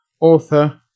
author